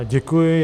Děkuji.